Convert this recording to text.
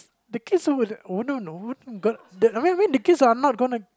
the kids all i mean i mean the kids are not gonna